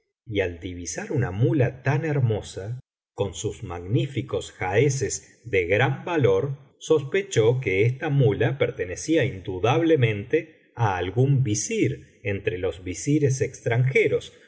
y al divisar una muía tan hermosa con sus magníficos jaeces de gran valor sospechó biblioteca valenciana generalitat valenciana las mil noches y una noche que esta muía pertenecía indudablemente á algún visir entre los visires extranjeros